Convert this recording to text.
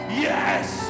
yes